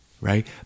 right